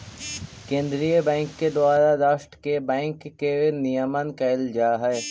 केंद्रीय बैंक के द्वारा राष्ट्र के बैंक के नियमन कैल जा हइ